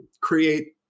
create